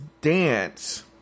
dance